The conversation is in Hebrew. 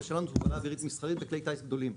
שלנו תעופה אווירית מסחרית בכלי טיס גדולים.